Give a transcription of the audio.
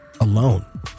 alone